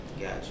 Gotcha